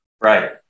Right